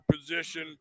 position